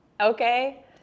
Okay